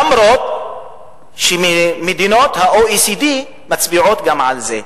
למרות שמדינות ה-OECD מצביעות גם על זה,